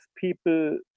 people